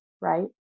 right